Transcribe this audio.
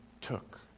took